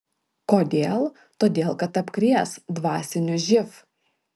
kodėl todėl kad apkrės dvasiniu živ